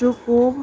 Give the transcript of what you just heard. जो पोइ